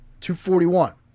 241